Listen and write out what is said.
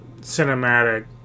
cinematic